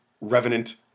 Revenant